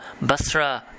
Basra